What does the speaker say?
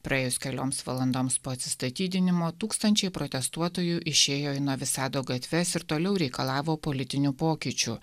praėjus kelioms valandoms po atsistatydinimo tūkstančiai protestuotojų išėjo į novi sado gatves ir toliau reikalavo politinių pokyčių